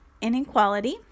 inequality